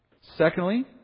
Secondly